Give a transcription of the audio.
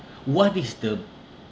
what is the